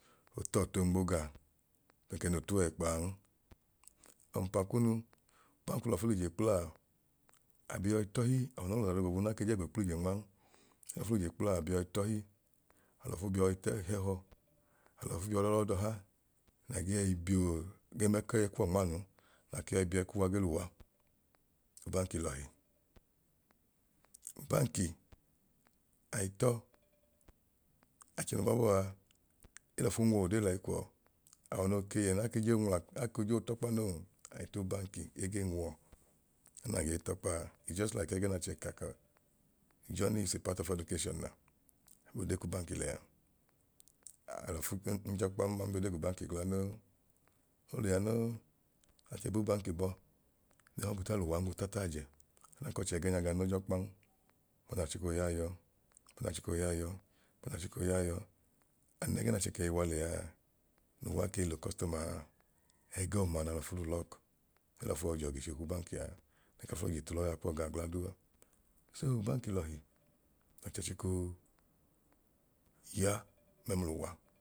Otọọ too nmo gaa bẹn ke noo tuwọ ẹkpaan, ọmpa kunu ubanki lọfu l'ije kplaa abi yọi tọhi awọ noogbọbu ake jẹ go kpl'ije nman elọfu l'ije kplaa abi yọi tọhi alọfu bi yọi tẹ hẹhọ alọfu biyọọ lọ lọdọha na ge yẹi bio gee mẹ kẹyi kuwọ nmaanu na ke yọi bi ẹkuwa ge luwa ubanki lọhi. Ubanki ai tọọ achẹ nun babọọ a elọfu nwu wọ odee lẹyi kwọọ awọ no kei yẹ na ke joo nwula akoo joo t'ọkpa noo ai t'ubanki egee nwuwọ ẹgẹẹ na ge t'ọkpaa is just like ẹgẹẹ n'achẹ ka kọọ journey is a part of education a, aboo dee k'ubanki lẹaa. Alọfu bi njọkpan ma nbiodee g'ubanki gla noo, oliya noo achẹ bu ubanki bọọ ehabọta luwa nwu tataajẹ odan k'ọchẹ ẹgẹẹnya ga no j'ọkpan m'ọda achiko yaa yọọ m'ọda achiko yaa yọọ m'ọda achiko yaa yọọ an ẹgẹ n'achẹ kei wa lẹaa nuwa kei l'ukọstọmaa ẹgọọma naa lọfu l'ulọk ne lọfu yọi juwọ gicho k'ubankia, elọfu yọi l'ije t'ulọya kuwọ gaa gla duu. So ubanki lọhi achẹ chikoo ya mẹml'uwa